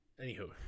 Anywho